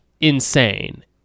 insane